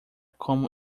como